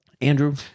Andrew